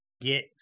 get